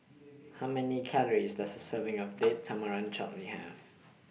How Many Calories Does A Serving of Date Tamarind Chutney Have